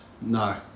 No